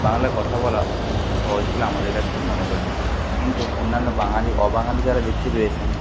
বাংলায় কথা বলা অত্যন্ত সজহ বলে আমাদের কাছে মনে করে থাকি কিন্তু অন্যান্য বাঙালি অবাঙালি যারা ব্যক্তি রয়েছেন